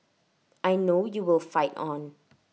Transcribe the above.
I know you will fight on